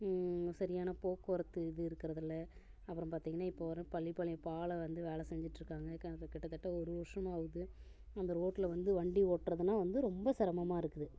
சரியான போக்குவரத்து இது இருக்கிறதுல்ல அப்பறம் பார்த்திங்கனா இப்போ வரையும் பள்ளிப்பாளையம் பாலம் வந்து வேலை செஞ்சுட்ருக்காங்க அது கிட்டத்தட்ட ஒரு வருஷமாகுது அந்த ரோட்டில் வந்து வண்டி ஓட்டுறதுன்னா வந்து ரொம்ப சிரமாமருக்கு